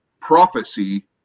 Prophecy